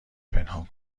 پنهان